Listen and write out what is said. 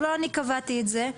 לא אני קבעתי את זה,